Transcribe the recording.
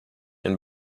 and